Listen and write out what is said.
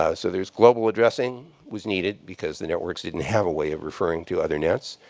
ah so there's global addressing was needed, because the networks didn't have a way of referring to other nets.